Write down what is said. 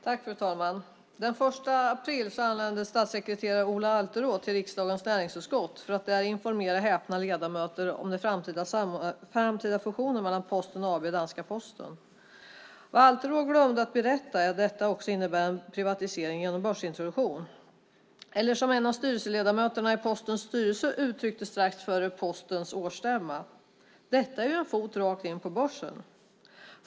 Fru talman! Den 1 april anlände statssekreterare Ola Alterå till riksdagens näringsutskott för att där informera häpna ledamöter om en framtida fusion mellan Posten AB och danska Posten. Alterå glömde att berätta att detta också innebär en privatisering genom börsintroduktion. En av styrelseledamöterna i Postens styrelse uttryckte det så här strax före Postens årsstämma: Detta är en fot rakt in på börsen.